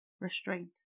Restraint